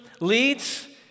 leads